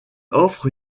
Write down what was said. offre